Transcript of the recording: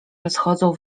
rozchodzą